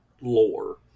lore